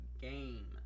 game